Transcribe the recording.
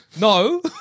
No